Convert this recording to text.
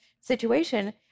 situation